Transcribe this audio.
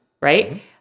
right